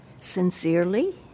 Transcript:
sincerely